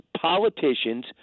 politicians